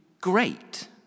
great